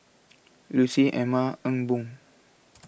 Lucy Emma Ee Boon